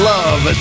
Love